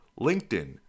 LinkedIn